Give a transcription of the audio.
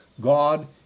God